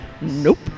Nope